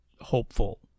hopeful